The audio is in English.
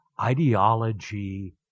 ideology